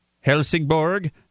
Helsingborg